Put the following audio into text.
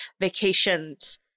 vacations